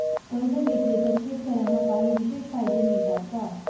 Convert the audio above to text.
कर्ज घेतले तर शेतकऱ्यांना काही विशेष फायदे मिळतात का?